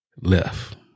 left